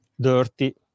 dirty